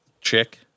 chick